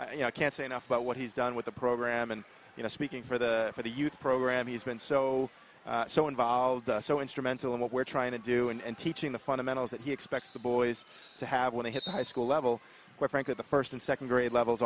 i can't say enough about what he's done with the program and you know speaking for the for the youth program he's been so so involved so instrumental in what we're trying to do and teaching the fundamentals that he expects the boys to have when they hit the high school level where frankly the first and second grade levels